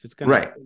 right